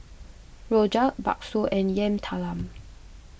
Rojak Bakso and Yam Talam